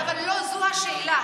אבל לא זו השאלה.